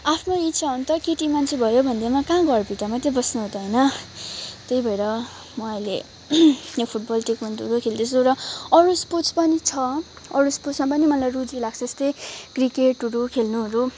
आफ्नो इच्छा हो नि त केटी मान्छे भयो भन्दैमा कहाँ घरभित्र मात्रै बस्नु हो त होइन त्यही भएर म अहिले यहाँ फुटबल ताइक्वान्डोहरू खेल्दैछु र अरू स्पोर्ट्सहरू पनि छ अरू स्पोर्ट्समा पनि मलाई रुची लाग्छ जस्तै क्रिकेटहरू खेल्नुहरू